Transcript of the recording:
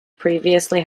previously